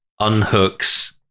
unhooks